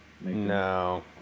No